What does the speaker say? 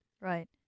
Right